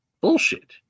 bullshit